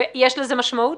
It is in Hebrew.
יש לזה משמעות?